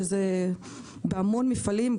שזה בהמון מפעלים,